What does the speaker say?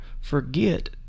forget